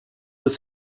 doit